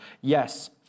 Yes